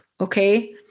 okay